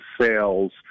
sales